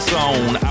zone